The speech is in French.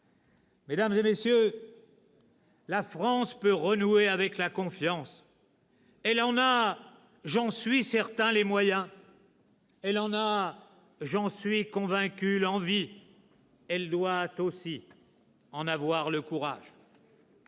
Mesdames, messieurs, la France peut renouer avec la confiance. Elle en a, j'en suis certain, les moyens. Elle en a, j'en suis convaincu, l'envie. Elle doit aussi en avoir le courage.